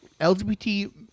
LGBT